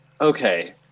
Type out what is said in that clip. Okay